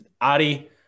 Adi